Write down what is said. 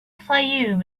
fayoum